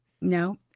No